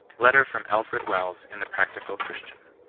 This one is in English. letter from alfred wells in the practical christian,